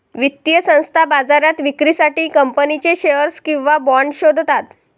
वित्तीय संस्था बाजारात विक्रीसाठी कंपनीचे शेअर्स किंवा बाँड शोधतात